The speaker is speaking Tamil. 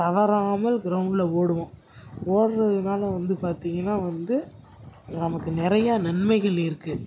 தவறாமல் க்ரௌண்ட்டில் ஓடுவோம் ஓடுறதுனால வந்து பார்த்திங்கன்னா வந்து நமக்கு நிறையா நன்மைகள் இருக்குது